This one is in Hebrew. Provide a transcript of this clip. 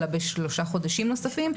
אלא בשלושה חודשים נוספים,